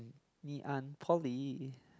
Ng~ Ngee-Ann Poly